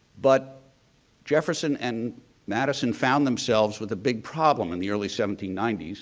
but jefferson and madison found themselves with a big problem in the early seventeen ninety s.